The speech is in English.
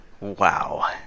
Wow